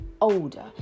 older